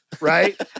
right